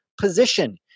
position